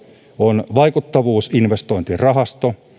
on vaikuttavuusinvestointirahasto